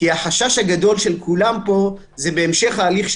כי החשש הגדול של כולם פה הוא בהמשך ההליך,